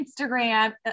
Instagram